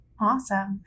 Awesome